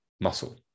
muscle